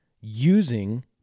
using